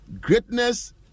greatness